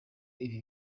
ibi